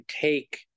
take